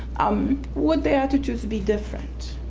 um would their attitudes be different?